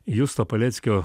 justo paleckio